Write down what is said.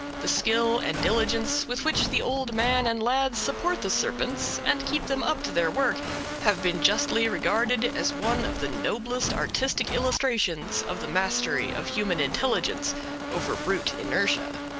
the skill and diligence with which the old man and lads support the serpents and keep them up to their work have been justly regarded as one of the noblest artistic illustrations of the mastery of human intelligence over brute inertia.